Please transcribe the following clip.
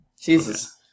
Jesus